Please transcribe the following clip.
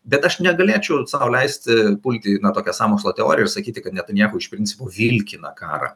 bet aš negalėčiau sau leisti pulti na tokią sąmokslo teoriją ir sakyti kad netanyahu iš principo vilkina karą